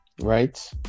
Right